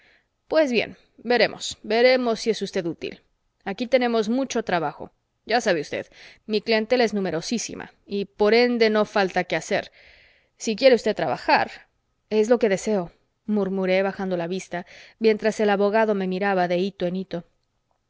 pues bien veremos veremos si es usted útil aquí tenemos mucho trabajo ya sabe usted mi clientela es numerosísima y por ende no falta quehacer si quiere usted trabajar es lo que deseo murmuré bajando la vista mientras el abogado me miraba de hito